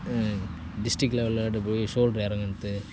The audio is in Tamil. டிஸ்ரிக்ட் லெவலில் விளைட போய் ஷோல்ட்ர் இறங்கினது